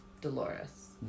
Dolores